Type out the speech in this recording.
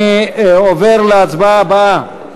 אני עובר להצעה הבאה,